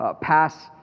pass